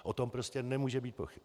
O tom prostě nemůže být pochyb.